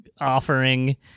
offering